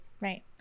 right